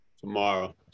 tomorrow